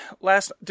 last